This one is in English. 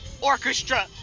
orchestra